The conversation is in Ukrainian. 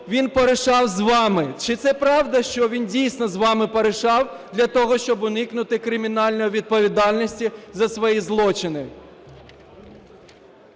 він порішав з вами. Чи це правда, що він дійсно з вами порішав, для того щоб уникнути кримінальної відповідальності за свої злочини?